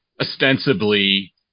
ostensibly